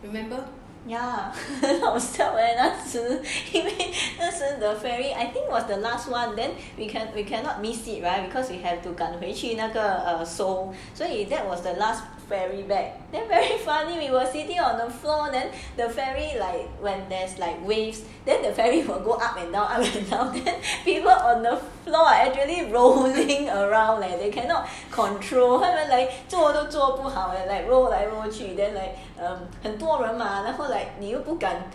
ya 很好笑 leh 那是 I think was the last one then we can we cannot miss it right because we have to 赶回去那个 seoul 所以 that was the last ferry back then very funny we were sitting on the floor then the ferry like when there is like waves then the ferry for go up and down then the people on the floor are actually rolling around leh then you cannot control leh like 坐都坐不好 leh like roll 来 roll 去 then like um 很多人嘛你又不敢